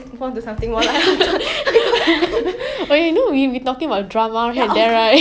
mm